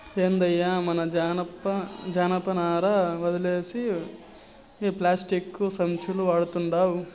ఏందయ్యో మన జనపనార సంచి ఒదిలేసి పేస్టిక్కు సంచులు వడతండావ్